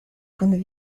kun